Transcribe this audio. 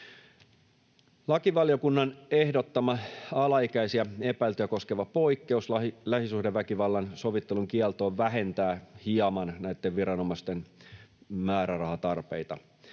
Lakivaliokunnan ehdottama, alaikäisiä epäiltyjä koskeva poikkeus lähisuhdeväkivallan sovittelun kieltoon vähentää hieman näitten viranomaisten määrärahatarpeita.